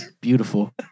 beautiful